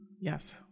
Yes